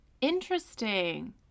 Interesting